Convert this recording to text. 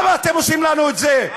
למה אתם עושים לנו את זה?